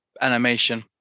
animation